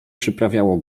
przyprawiało